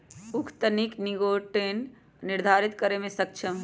उख तनिक निटोगेन निर्धारितो करे में सक्षम हई